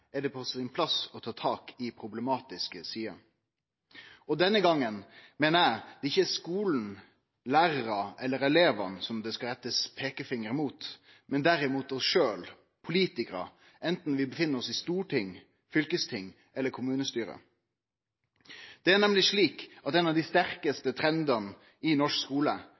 er det samtidig på sin plass å ta tak i problematiske sider. Og denne gongen meiner eg at det ikkje er skulen, lærarane eller elevane det skal rettast peikefinger mot, men derimot oss sjølve – politikarar – anten vi er på storting, på fylkesting eller i kommunestyre. Det er nemleg slik at ein av dei sterkaste trendane i norsk